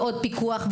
ועוד פיקוח,